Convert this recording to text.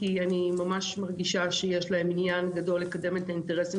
כי אני ממש מרגישה שיש להם עניין גדול לקדם את האינטרסים